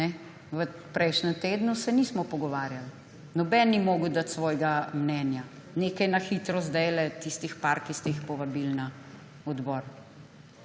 v prejšnjem tednu, se nismo pogovarjali. Nihče ni mogel dati svojega mnenja. Nekaj na hitro sedaj, tistih nekaj, ki ste jih povabili na odbor.